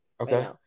Okay